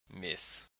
Miss